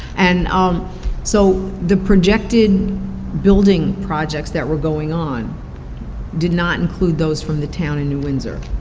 and um so the projected building projects that were going on did not include those from the town in new windsor,